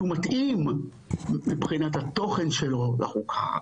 שהוא מתאים מבחינת התוכן שלו לחוקה,